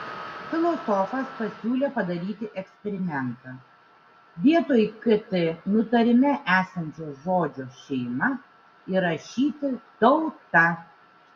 filosofas pasiūlė padaryti eksperimentą vietoj kt nutarime esančio žodžio šeima įrašyti tauta